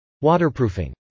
Waterproofing